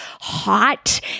hot